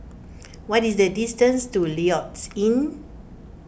what is the distance to Lloyds Inn